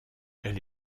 elle